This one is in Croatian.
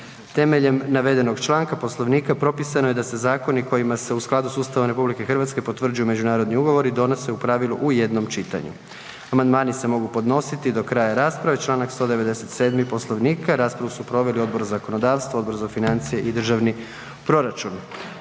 Temeljem navedenog članka Poslovnika, propisano je da se zakoni kojima se u skladu s Ustavom RH potvrđuju međunarodni ugovori, donose u pravilu u jednom čitanju. Amandmani se mogu podnositi do kraja rasprave, čl. 197. Poslovnika. Raspravu su proveli Odbor za zakonodavstvo, Odbor za financije i državni proračun.